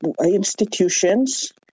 institutions